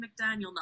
mcdaniel